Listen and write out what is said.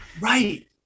right